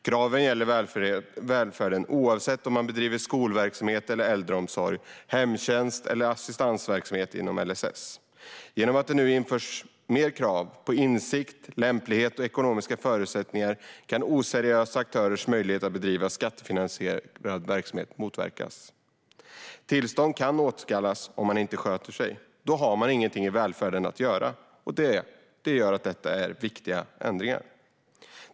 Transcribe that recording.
Kraven gäller i välfärden, oavsett om man bedriver skolverksamhet, äldreomsorg, hemtjänst eller assistansverksamhet inom LSS. Genom att det nu införs mer krav på insikt, lämplighet och ekonomiska förutsättningar kan oseriösa aktörers möjligheter att bedriva skattefinansierad verksamhet motverkas. Tillstånd kan återkallas om man inte sköter sig. Då har man ingenting i välfärden att göra. Detta är viktiga ändringar.